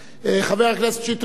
חבר הכנסת שטרית, בבקשה.